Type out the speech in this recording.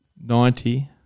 Ninety